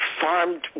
farmed